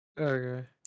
Okay